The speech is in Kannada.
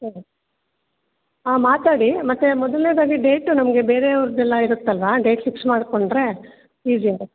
ಹ್ಞೂ ಹಾಂ ಮಾತಾಡಿ ಮತ್ತು ಮೊದಲನೇದಾಗಿ ಡೇಟ್ ನಮಗೆ ಬೇರೆ ಅವ್ರದ್ದೆಲ್ಲ ಇರುತ್ತಲ್ಲಾ ಡೇಟ್ ಫಿಕ್ಸ್ ಮಾಡಿಕೊಂಡ್ರೆ ಈಸಿ ಆಗುತ್ತೆ